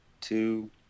two